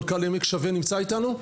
מנכ"ל 'עמק שווה' נמצא איתנו?